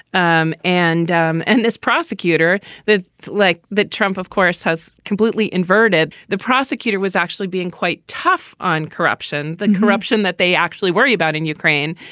um and um and this prosecutor the like that trump of course has completely inverted. the prosecutor was actually being quite tough on corruption. the corruption that they actually worry about in ukraine.